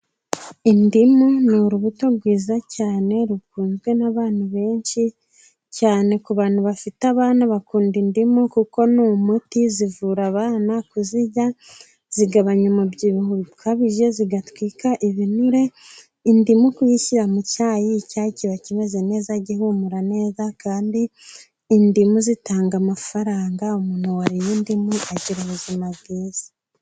Indimu ni urubuto rwiza cyane rukunzwe n'abantu benshi, cyane ku bantu bafite abana bakunda indimu kuko ni umuti zivura abana, kuzirya zigabanya umubyibuho ukabije zigatwika ibinure, indimu kuyishyira mu cyayi, icyayi kiba kimeze neza, gihumura neza, kandi indimu zitanga amafaranga. Umuntu wariye indimu agira ubuzima bwiza.